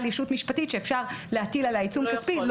ישות משפטית שאפשר להטיל עליה עיצום כספי.